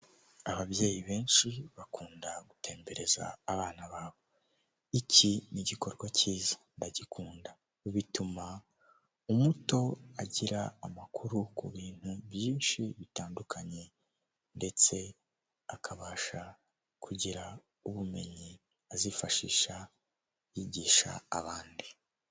Ababyeyi benshi bakunda gutembereza abana babo. Iki ni igikorwa cyiza, ndagikunda. Bituma umuto agira amakuru ku bintu byinshi bitandukanye, ndetse akabasha kugira ubumenyi azifashisha yigisha abandi.